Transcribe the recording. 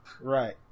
Right